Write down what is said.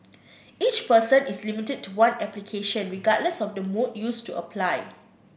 each person is limited to one application regardless of the mode used to apply